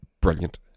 brilliant